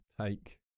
take